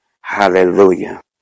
Hallelujah